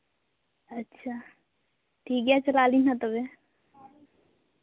ᱟᱪᱪᱷᱟ ᱴᱷᱤᱠ ᱜᱮᱭᱟ ᱪᱟᱞᱟᱜ ᱟᱹᱞᱤᱧ ᱛᱚᱵᱮ